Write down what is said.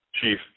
Chief